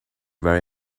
very